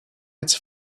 its